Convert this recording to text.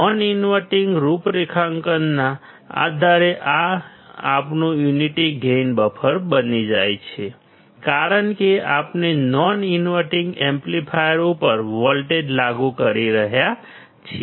non inverting રૂઉપરેખાંકનના આધારે આ આપણું યુનિટી ગેઇન બફર બની જાય છે કારણ કે આપણે નોન ઇન્વર્ટીંગ એમ્પ્લીફાયર ઉપર વોલ્ટેજ લાગુ કરી રહ્યા છીએ